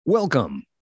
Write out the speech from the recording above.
Welcome